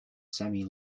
sammy